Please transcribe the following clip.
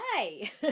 Hi